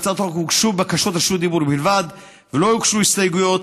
להצעת החוק הוגשו בקשות רשות דיבור בלבד ולא הוגשו הסתייגויות,